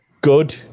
good